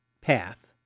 path